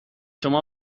شما